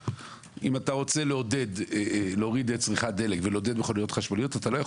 ולא משמש לאוצר המדינה להוצאות שוטפות כמו בקרן הניקיון.